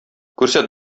күрсәт